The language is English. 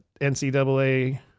NCAA